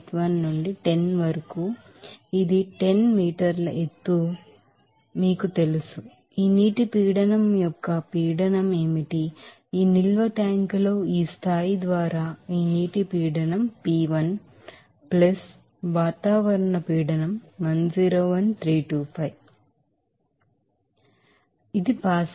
81 నుండి 10 వరకు ఇది 10 మీటర్ల ఎత్తు ఇది మీకు తెలుసు ఈ వాటర్ ప్రెషర్ యొక్క ప్రెషర్ ఏమిటి ఈనిల్వ ట్యాంకులో ఈ స్థాయి ద్వారా ఈ వాటర్ ప్రెషర్ P1 ఇది అట్ఠమోస్ఫెరిక్ ప్రెషర్ 101325 ఇది మీ అట్ఠమోస్ఫెరిక్ ప్రెషర్ ఇది పాస్కల్